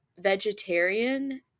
vegetarian